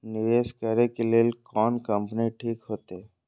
निवेश करे के लेल कोन कंपनी ठीक होते?